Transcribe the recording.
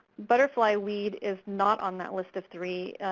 butterflyweed is not on that list of three.